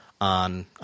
on